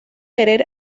querer